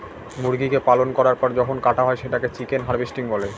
মুরগিকে পালন করার পর যখন কাটা হয় সেটাকে চিকেন হার্ভেস্টিং বলে